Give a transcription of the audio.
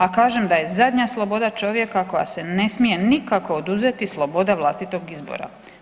A kažem da je zadnja sloboda čovjeka koja se ne smije nikako oduzeti, sloboda vlastitog izbora.